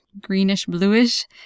greenish-bluish